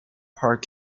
park